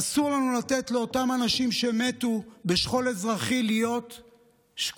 אסור לנו לתת לאותם אנשים שמתו בשכול אזרחי להיות שקופים.